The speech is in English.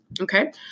Okay